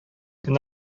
көн